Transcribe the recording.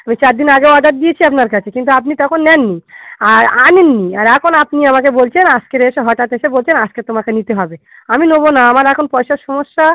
ওই চার দিন আগে অর্ডার দিয়েছি আপনার কাছে কিন্তু আপনি তখন নেন নি আর আনেন নি আর এখন আপনি আমাকে বলছেন আজকের এসে হঠাৎ এসে বলছেন আজকে তোমাকে নিতে হবে আমি নেবো না আমার এখন পয়সার সমস্যা